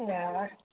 पुआर